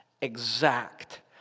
Exact